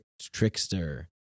trickster